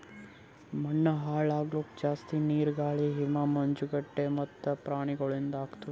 ಮಣ್ಣ ಹಾಳ್ ಆಲುಕ್ ಜಾಸ್ತಿ ನೀರು, ಗಾಳಿ, ಹಿಮ, ಮಂಜುಗಡ್ಡೆ, ಗಿಡ ಮತ್ತ ಪ್ರಾಣಿಗೊಳಿಂದ್ ಆತುದ್